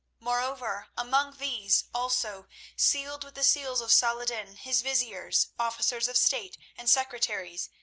moreover, among these, also sealed with the seals of salah-ed-din, his viziers, officers of state, and secretaries,